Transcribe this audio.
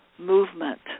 movement